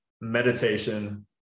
meditation